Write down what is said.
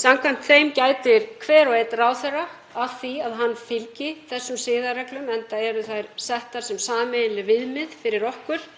Samkvæmt þeim gætir hver og einn ráðherra að því að hann fylgi þessum siðareglum, enda eru þær settar sem sameiginleg viðmið fyrir okkur.